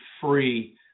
free